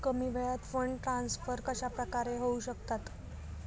कमी वेळात fund transfer कशाप्रकारे होऊ शकतात?